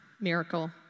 Miracle